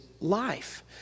life